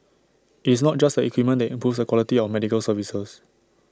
it's not just the equipment that improves the quality of medical services